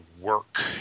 work